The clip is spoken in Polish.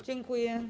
Dziękuję.